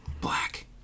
Black